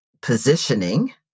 positioning